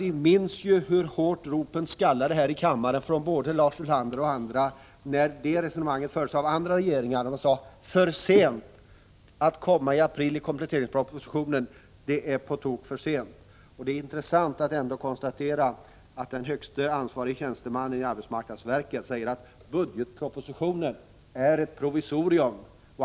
Vi minns hur hårt ropen skallade här i kammaren — både från Lars Ulander och andra — när andra regeringar förde samma resonemang. Man sade då: Det är på tok för sent att komma med förslag i kompletteringspropositionen i april. Det är intressant att konstatera att den högste ansvarige tjänstemannen i arbetsmarknadsverket säger att budgetpropositionen är ett provisorium.